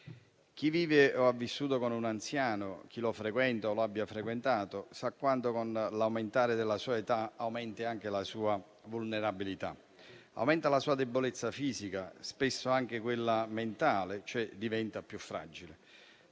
chi vive o ha vissuto con un anziano, chi lo frequenta o lo abbia frequentato, sa quanto, con l'aumentare della sua età, aumenti anche la sua vulnerabilità. Aumenta la sua debolezza fisica, spesso anche quella mentale, cioè, diventa più fragile.